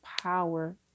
power